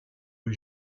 rue